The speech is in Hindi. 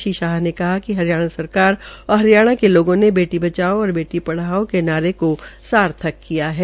श्री शाह ने कहा कि हरियाणा सरकार और हरियाणा के लोगों ने बेटी बचाओ बेटी पढ़ाओ के लक्ष्य नारे को सार्थक किया है